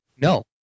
no